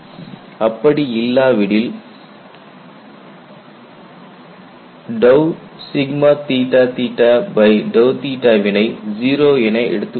அப்படி இல்லாவிடில் வினை 0 என எடுத்துக்கொள்ள வேண்டும்